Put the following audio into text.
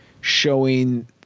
showing –